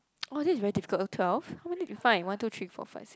oh this is very difficult oh twelve how many did we find one two three four five six